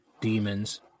demons